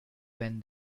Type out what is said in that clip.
when